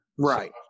Right